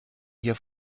hier